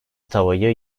tavayı